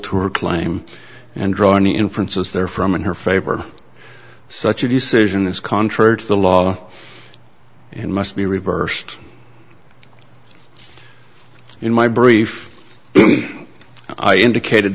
her claim and draw any inference is there from in her favor such a decision is contrary to the law in must be reversed in my brief i indicated